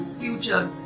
future